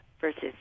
versus